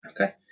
Okay